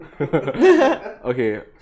Okay